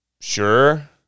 sure